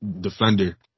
defender